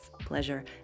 pleasure